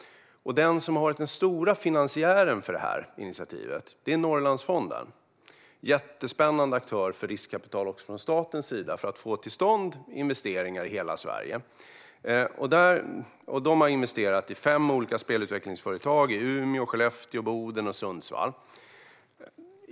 Den stora finansiären är Norrlandsfonden. Det är en jättespännande aktör för riskkapital också från statens sida för att få till stånd investeringar i hela Sverige. Man har investerat i fem olika spelutvecklingsföretag i Umeå, Skellefteå, Boden och Sundsvall.